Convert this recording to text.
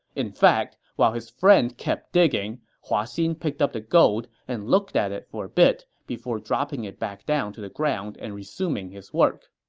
in fact, while his friend kept digging, hua xin picked up the gold and looked at it for a bit before dropping it back down to the ground and resuming his work.